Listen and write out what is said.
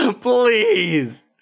please